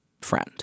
friend